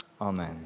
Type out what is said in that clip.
Amen